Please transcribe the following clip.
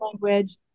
language